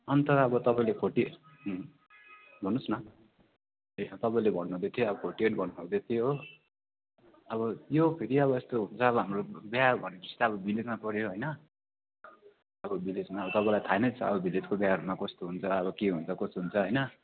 अन्त अब तपाईँले फोर्टी भन्नुहोस् न तपाईँले भन्नुहुँदै थियो अब फोर्टी एट भन्नु हुँदैथ्यो हो अब यो फेरि अब एस्तो हुन्छ अब हाम्रो बिहा भनेपछि त अब भिलेजमा पऱ्यो होइन अब भिलेजमा अब तपाईँलाई थाहा नै छ अब भिलेजको बिहाहरूमा कस्तो हुन्छ अब के हुन्छ कसो हुन्छ होइन